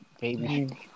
baby